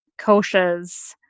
koshas